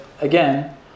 again